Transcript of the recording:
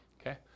okay